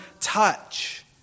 touch